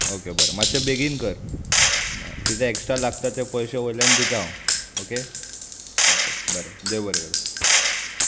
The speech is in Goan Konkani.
ओके बरें मात्शें बेगीन कर किदें एक्स्ट्रा लागता तें पयशे वयल्यान दिता हांव ओके ओके बरें देव बरें करूं